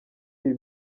ibi